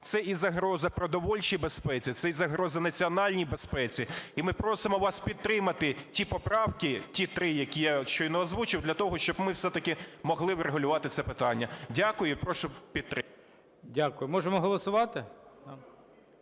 Це і загроза продовольчій безпеці, це і загроза національній безпеці. І ми просимо вас підтримати ті поправки, ті три, які я щойно озвучив, для того щоб ми все-таки могли врегулювати це питання. Дякую. І прошу підтримати. ГОЛОВУЮЧИЙ. Дякую. Можемо голосувати?